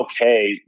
okay